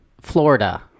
Florida